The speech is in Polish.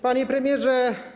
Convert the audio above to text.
Panie Premierze!